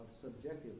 subjective